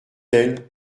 elle